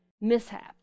mishap